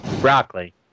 Broccoli